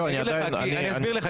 אני אסביר לך.